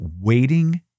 waiting